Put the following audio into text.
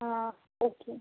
হ্যাঁ ওকে